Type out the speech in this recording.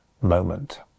moment